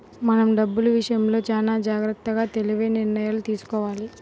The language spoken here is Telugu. మనం డబ్బులు విషయంలో చానా జాగర్తగా తెలివైన నిర్ణయాలను తీసుకోవాలి